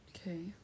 okay